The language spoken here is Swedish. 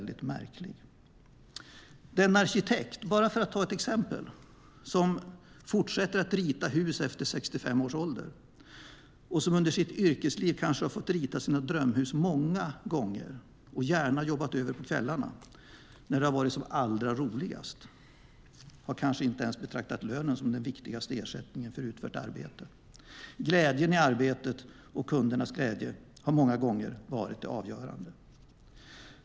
Den arkitekt, bara för att ta ett exempel, som fortsätter att rita hus efter 65 års ålder och som under sitt yrkesliv kanske har fått rita sina drömhus många gånger och gärna jobbat över på kvällarna när det varit som allra roligast har kanske inte ens betraktat lönen som den viktigaste ersättningen för utfört arbete. Glädjen i arbetet och kundernas glädje har många gånger varit det avgörande.